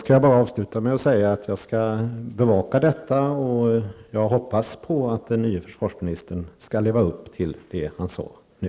Fru talman! Jag vill bara avsluta med att säga att jag skall bevaka detta. Jag hoppas att den nya försvarsministern skall leva upp till det han sade nu.